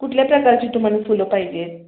कुठल्या प्रकारची तुम्हाला फुलं पाहिजे आहेत